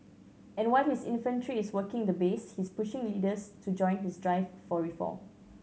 and while his infantry is working the base he's pushing leaders to join his drive for reform